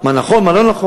מה נכון, מה לא נכון.